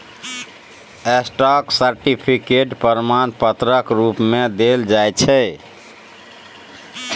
stock certificate प्रमाण पत्रक रुप मे देल जाइ छै